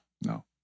No